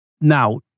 Now